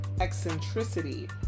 eccentricity